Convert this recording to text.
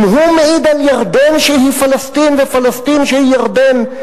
אם הוא מעיד על ירדן שהיא פלסטין ופלסטין שהיא ירדן,